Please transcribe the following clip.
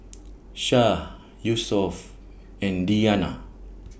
Shah Yusuf and Diyana